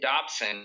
Dobson